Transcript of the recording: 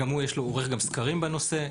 הוא עורך גם סקרים בנושא.